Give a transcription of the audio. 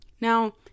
Now